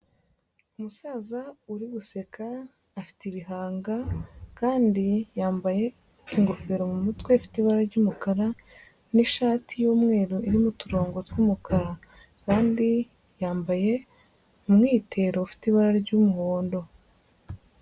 Umusaza uri guseka, afite ibihanga kandi yambaye ingofero mu mutwe ifite ibara ry'umukara n'ishati y'umweru irimo uturongo tw'umukara kandi yambaye umwitero ufite ibara ry'umuhondo.